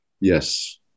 Yes